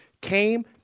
came